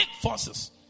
forces